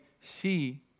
see